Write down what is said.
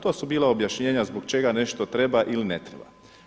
To su bila objašnjenja zbog čega nešto treba ili ne treba.